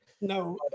No